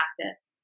practice